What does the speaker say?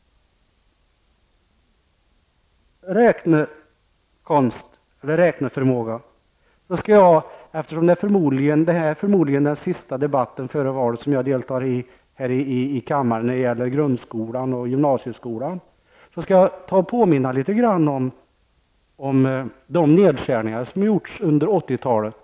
Eftersom detta förmodligen är den sista debatten som jag deltar i här i kammaren före valet när det gäller grundskolan och gymnasieskolan skall jag påminna litet grand om de nedskärningar som gjorts under 80-talet.